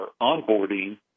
onboarding